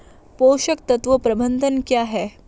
पोषक तत्व प्रबंधन क्या है?